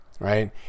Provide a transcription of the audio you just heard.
Right